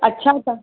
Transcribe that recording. अच्छा त